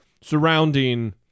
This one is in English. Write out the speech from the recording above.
surrounding